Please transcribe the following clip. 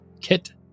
kit